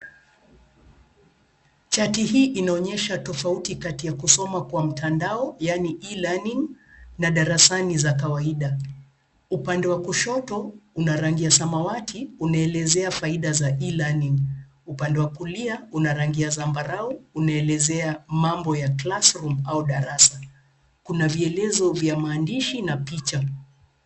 Chati hii inaonyesha tofauti kati ya kusoma kwa mtandao, yaani (cs)e-learning(cs), na darasani za kawaida. Upande wa kushoto, unarangi ya samawati unaelezea faida za (cs)e-learning(cs). Upande wa kulia, unarangi ya zambarau, unaelezea mambo ya (cs)classroom (cs)au darasa. Kuna vielelezo vya maandishi na picha.